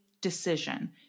decision